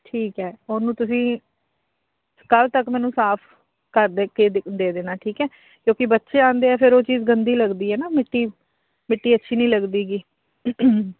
ਠੀਕ ਹੈ ਉਹਨੂੰ ਤੁਸੀਂ ਕੱਲ੍ਹ ਤੱਕ ਮੈਨੂੰ ਸਾਫ ਕਰਦੇ ਕਿ ਦੇ ਦੇਣਾ ਠੀਕ ਹੈ ਕਿਉਂਕਿ ਬੱਚੇ ਆਉਂਦੇ ਆ ਫਿਰ ਉਹ ਚੀਜ਼ ਗੰਦੀ ਲੱਗਦੀ ਹੈ ਨਾ ਮਿੱਟੀ ਮਿੱਟੀ ਅੱਛੀ ਨਹੀਂ ਲੱਗਦੀ ਹੈਗੀ